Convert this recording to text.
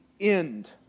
end